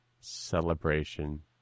celebration